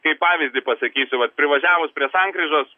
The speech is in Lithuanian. kaip pavyzdį pasakysiu vat privažiavus prie sankryžos